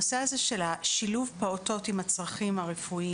נושא שילוב פעוטות עם צרכים מיוחדים.